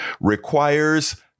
requires